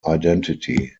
identity